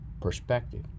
perspective